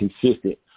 consistent